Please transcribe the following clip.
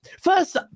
First